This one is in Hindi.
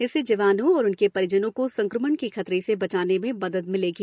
इससे जवानों और उनके परिजनों को संक्रमण के खतरे से बचाने में मदद मिलेगी